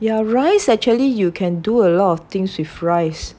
yeah rice actually you can do a lot of things with rice